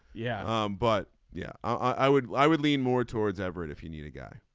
yeah um but yeah i would i would lean more towards everett if he knew the guy.